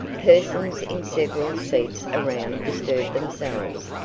persons in several seats around disturbed themselves.